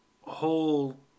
whole